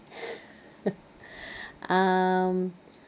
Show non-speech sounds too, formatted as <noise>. <laughs> um